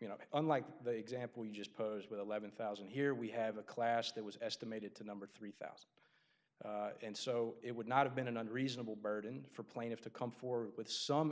you know unlike the example you just posed with eleven thousand here we have a class that was estimated to number three thousand and so it would not have been an unreasonable burden for plaintiffs to come forward with some